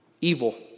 evil